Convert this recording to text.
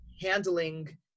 handling